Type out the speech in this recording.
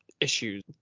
issues